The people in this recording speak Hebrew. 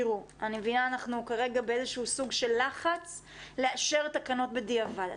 אני מבינה שכרגע אנחנו באיזה שהוא סוג של לחץ לאשר תקנות בדיעבד,